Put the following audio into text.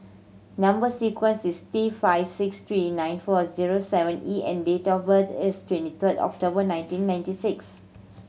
number sequence is T five six three nine four zero seven E and date of birth is twenty third October nineteen ninety six